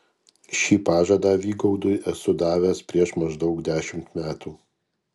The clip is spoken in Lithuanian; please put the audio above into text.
šį pažadą vygaudui esu davęs prieš maždaug dešimt metų